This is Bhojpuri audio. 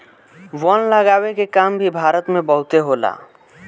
वन लगावे के काम भी भारत में बहुते होला